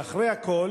ואחרי הכול